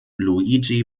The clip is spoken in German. luigi